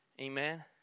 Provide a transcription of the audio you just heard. Amen